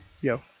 Yo